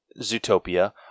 Zootopia